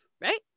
right